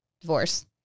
divorce